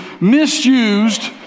misused